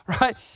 Right